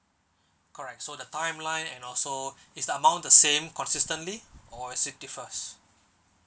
correct so the timeline and also is the amount the same consistently or is it differs